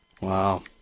Wow